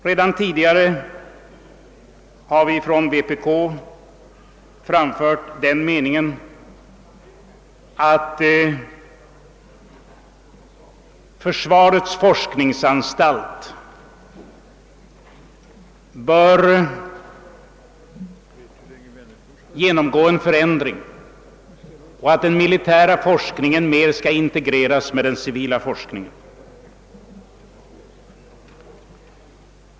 Redan tidigare har vi från vänsterpartiet kommunisterna framfört den meningen, att försvarets forskningsanstalt bör genomgå en förändring och att den militära forskningen skall integreras med den civila forskningen.